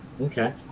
Okay